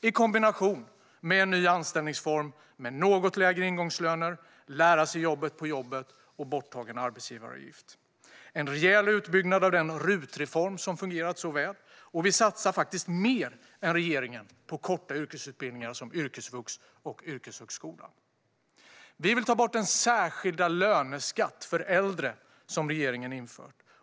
I kombination med det föreslår vi en ny anställningsform, med något lägre ingångslöner, att man ska kunna lära sig jobbet på jobbet och en borttagen arbetsgivaravgift. Vi föreslår en rejäl utbyggnad av den RUT-reform som har fungerat så väl. Och vi satsar faktiskt mer än regeringen på korta yrkesutbildningar som yrkesvux och yrkeshögskola. Vi vill ta bort den särskilda löneskatt för äldre som regeringen har infört.